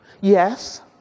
yes